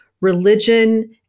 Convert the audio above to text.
religion